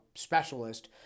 specialist